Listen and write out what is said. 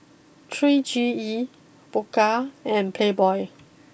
three C E Pokka and Playboy